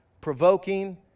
provoking